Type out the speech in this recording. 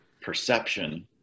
perception